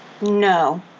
No